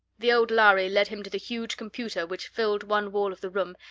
the old lhari led him to the huge computer which filled one wall of the room,